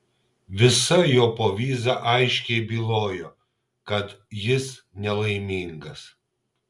visa jo povyza aiškiai bylojo kad jis nelaimingas